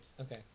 Okay